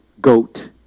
goat